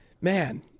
man